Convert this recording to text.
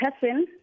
person